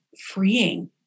freeing